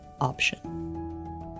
option